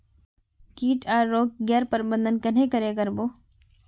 किट आर रोग गैर प्रबंधन कन्हे करे कर बो?